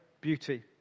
beauty